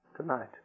tonight